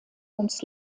ums